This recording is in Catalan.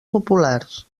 populars